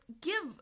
give